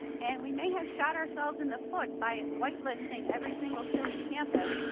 and we may have shot ourselves in the foot by whitelisting every single suny campus.